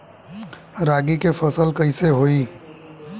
रागी के फसल कईसे होई?